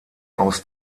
aus